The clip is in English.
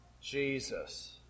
Jesus